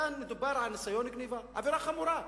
כאן מדובר על ניסיון גנבה, עבירה חמורה.